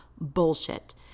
bullshit